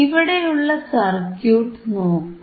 ഇവിടെയുള്ള സർക്യൂട്ട് നോക്കൂ